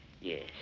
Yes